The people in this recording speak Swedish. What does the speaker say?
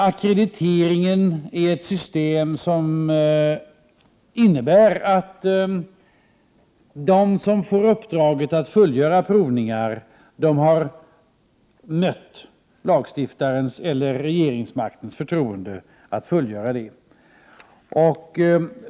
Ackreditering är ett system som innebär att de som får uppdraget att fullgöra provningar har mött lagstiftarens eller regeringens förtroende.